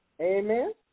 Amen